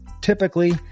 Typically